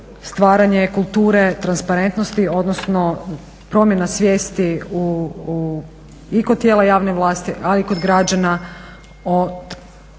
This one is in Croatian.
stvaranje kulture transparentnosti odnosno promjena svijesti i kod tijela javne vlasti ali i kod građana